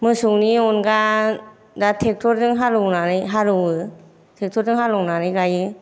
मोसौनि अनगा दा ट्रेक्टर जों हालौनानै हालौवो ट्रेक्टर जों हालौनानै गायो